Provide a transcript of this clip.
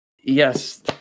Yes